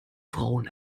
frauen